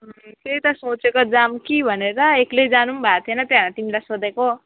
त्यही त सोचेको जाऔँ कि भनेर एक्लै जानु पनि भएको छैन त्यही भएर तिमीलाई सोधेको